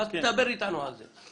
אז דבר איתנו על זה.